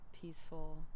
peaceful